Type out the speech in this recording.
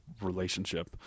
relationship